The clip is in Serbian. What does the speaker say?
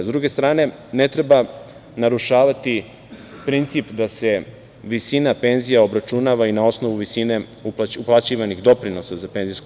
S druge strane, ne treba narušavati princip da se visina penzija obračunava i na osnovu visine uplaćivanih doprinosa za PIO.